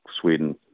Sweden